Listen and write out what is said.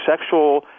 sexual